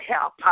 help